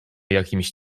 jakimś